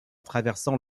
traversant